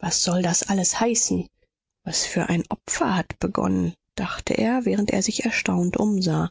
was soll das alles heißen was für ein opfer hat begonnen dachte er während er sich erstaunt umsah